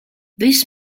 this